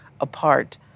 apart